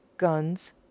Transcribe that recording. guns